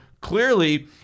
Clearly